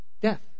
Death